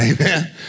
Amen